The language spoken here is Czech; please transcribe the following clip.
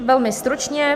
Velmi stručně.